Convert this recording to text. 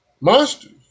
Monsters